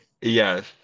Yes